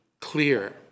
clear